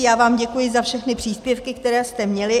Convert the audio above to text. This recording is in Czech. Já vám děkuji za všechny příspěvky, které jste měli.